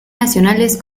nacionales